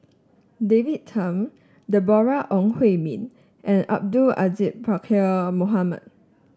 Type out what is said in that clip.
David Tham Deborah Ong Hui Min and Abdul Aziz Pakkeer Mohamed